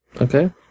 Okay